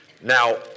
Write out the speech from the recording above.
Now